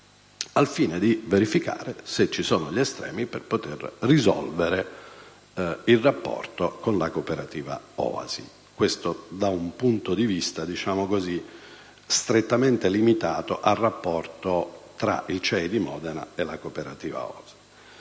al fine di verificare se sussistono gli estremi per poter risolvere il rapporto con la cooperativa "L'Oasi". Questo, da un punto di vista strettamente limitato al rapporto tra il CIE di Modena e la cooperativa